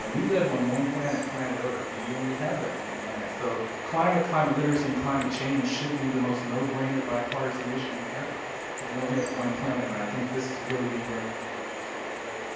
ah we live on one planet, planet earth, and we only have that one planet, so climate, climate literacy, and climate change should be the most no-brainer, bipartisan issue ever because we only have one planet. and i think this is really being represented by these folks today.